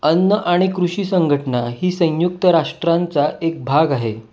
अन्न आणि कृषी संघटना ही संयुक्त राष्ट्रांचा एक भाग आहे